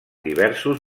diversos